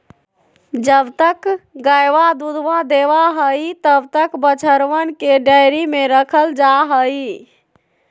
जब तक गयवा दूधवा देवा हई तब तक बछड़वन के डेयरी में रखल जाहई